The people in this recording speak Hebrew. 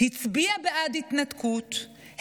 הצביע בעד ההתנתקות,